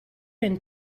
and